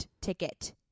ticket